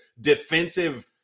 defensive